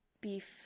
Beef